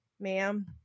ma'am